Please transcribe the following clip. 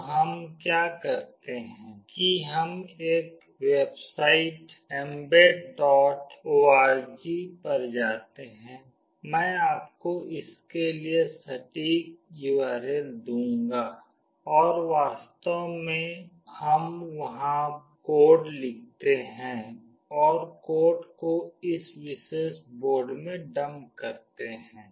तो हम क्या करते हैं कि हम एक वेबसाइट mbedorg पर जाते हैं मैं आपको इसके लिए सटीक URL दूंगी और वास्तव में हम वहां कोड लिखते हैं और कोड को इस विशेष बोर्ड में डंप करते हैं